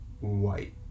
white